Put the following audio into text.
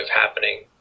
happening